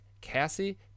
Cassie